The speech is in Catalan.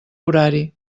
horari